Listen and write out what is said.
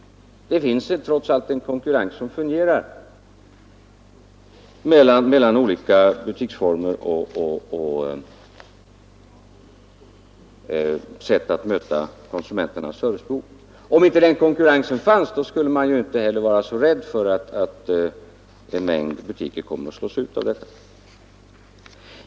Det finns trots allt en konkurrens som fungerar mellan olika butiksformer och ger olika sätt att möta konsumenternas önskemål på. Om den konkurrensen inte fanns skulle man inte heller vara så rädd för att en mängd butiker kommer att slås ut av detta.